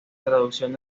traducción